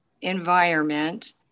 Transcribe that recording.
environment